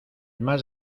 mas